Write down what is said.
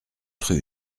rue